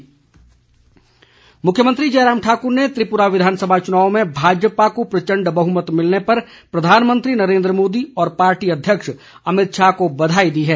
मुख्यमंत्री बघाई मुख्यमंत्री जयराम ठाकुर ने त्रिपुरा विधानसभा चुनाव में भाजपा को प्रचंड बहुमत मिलने पर प्रधानमंत्री नरेन्द्र मोदी और पार्टी अध्यक्ष अमितशाह को बधाई दी है